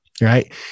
Right